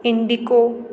indigo